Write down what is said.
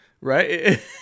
right